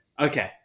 okay